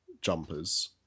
jumpers